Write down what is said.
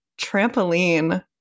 trampoline